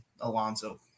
Alonso